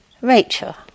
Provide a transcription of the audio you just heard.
Rachel